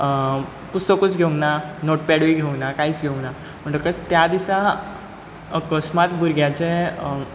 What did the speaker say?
पुस्तकूच घेवंक ना नोटपॅडूय घेवंक ना कांयच घेवंक ना म्हणटकच त्या दिसा अकस्मात भुरग्यांचें